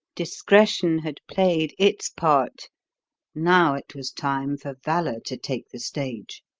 discretion had played its part now it was time for valour to take the stage.